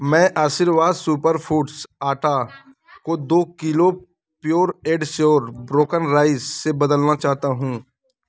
मैं Aashirvaad super foods आटा को दो kilo pure and sure broken rice से बदलना चाहता हूँ